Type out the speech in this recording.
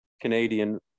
Canadian